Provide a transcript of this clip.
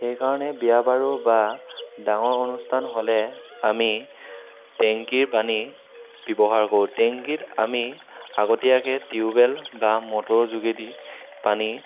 সেই কাৰণে বিয়া বাৰু বা ডাঙৰ অনুষ্ঠান হ'লে আমি টেংকীৰ পানী ব্যৱহাৰ কৰোঁ টেংকীত আমি আগতীয়াকৈ টিউবেল বা মটৰৰ যোগেদি পানী